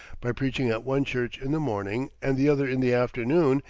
by preaching at one church in the morning, and the other in the afternoon,